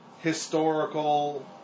historical